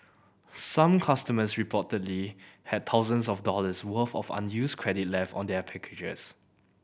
some customers reportedly have thousands of dollars worth of unused credit left on their packages